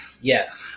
Yes